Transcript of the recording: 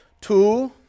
Two